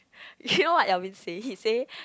you know what Alvin say he say